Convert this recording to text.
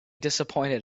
disappointed